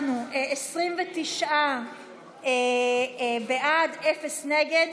29 בעד, אפס נגד.